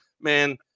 man